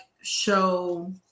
show